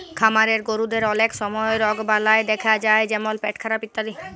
খামারের গরুদের অলক সময় রগবালাই দ্যাখা যায় যেমল পেটখারাপ ইত্যাদি